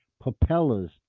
propellers